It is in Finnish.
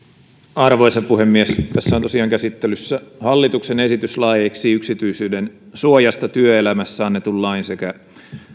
arvoisa puhemies tässä on tosiaan käsittelyssä hallituksen esitys laeiksi yksityisyyden suojasta työelämässä annetun lain sekä